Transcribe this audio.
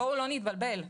בל נתבלבל.